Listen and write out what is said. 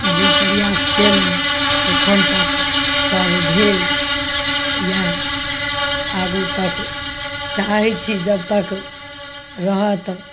जे प्रयास कयलहुँ एखन तक सब भेल या आगु तक चाहय छी जबतक रहत